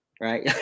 right